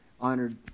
honored